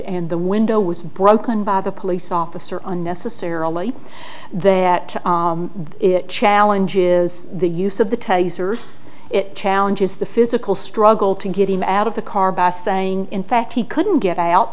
and the window was broken by the police officer unnecessarily that it challenges the use of the tell users it challenges the physical struggle to get him out of the car best saying in fact he couldn't get out